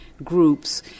groups